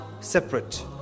separate